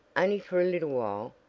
only for a little while.